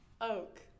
Oak